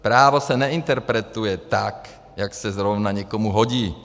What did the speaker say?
Právo se neinterpretuje tak, jak se zrovna někomu hodí.